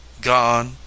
gone